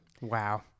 Wow